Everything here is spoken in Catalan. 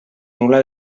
nul·la